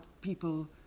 people